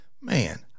man